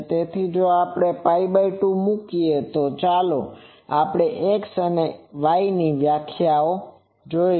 તેથી જો આપણે 2 મૂકીએ તો ચાલો આપણે X અને Y વ્યાખ્યાઓ જોઈએ